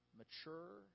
mature